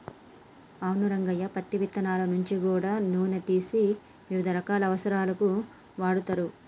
అవును రంగయ్య పత్తి ఇత్తనాల నుంచి గూడా నూనె తీసి వివిధ రకాల అవసరాలకు వాడుతరు